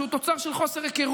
שהוא תוצר של חוסר היכרות,